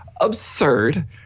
absurd